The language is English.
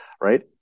Right